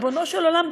ריבונו של עולם,